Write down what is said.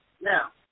Now